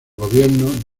gobierno